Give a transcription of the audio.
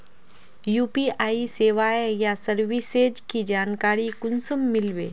UPI सेवाएँ या services की जानकारी कुंसम मिलबे?